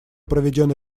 проведен